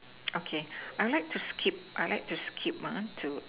okay I like to skip I like to skip ah to